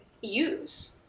use